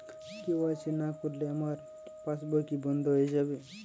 KYC না করলে আমার পাশ বই কি বন্ধ হয়ে যাবে?